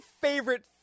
favorite